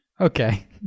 Okay